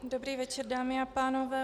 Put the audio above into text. Dobrý večer, dámy a pánové.